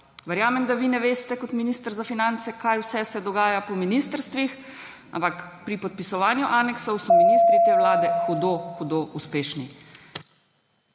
Verjamem, da vi ne veste kot minister za finance, kaj vse se dogaja po ministrstvih, ampak pri podpisovanju aneksov so ministri te vlade hudo hudo uspešni.